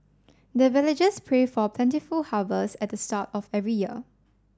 the villagers pray for plentiful harvest at the start of every year